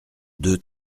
deux